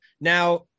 Now